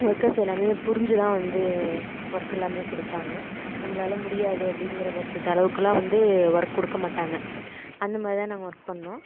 workers எல்லாமே புரிஞ்சு தான் வந்து ஒர்க் எல்லாமே கொடுப்பாங்க நம்மளால முடியாது அப்படிங்கிறப்பட்சத்து அளவுக்கெலாம் வந்து ஒர்க் கொடுக்க மாட்டாங்க அந்த மாதிரி தான் நாங்கள் ஒர்க் பண்ணிணோம்